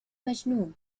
مجنون